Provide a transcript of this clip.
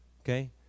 Okay